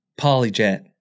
Polyjet